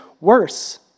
worse